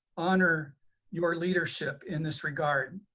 honor your leadership in this regard.